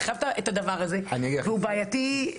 אתה חייב את הדבר הזה והוא בעייתי מאוד.